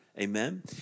Amen